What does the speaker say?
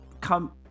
come